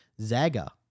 Zaga